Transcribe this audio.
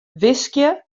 wiskje